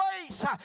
place